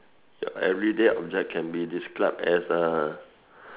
everyday object can be describe as a